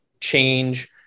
change